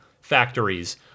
factories